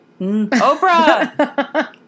Oprah